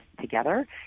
together